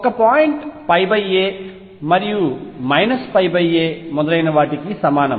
ఒక point a మరియు a మొదలైన వాటికి సమానం